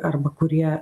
arba kurie